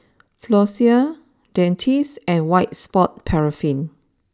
Floxia Dentiste and White Sport Paraffin